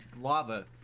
lava